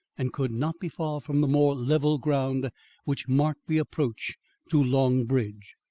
and could not be far from the more level ground which marked the approach to long bridge.